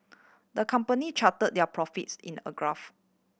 the company charted their profits in a graph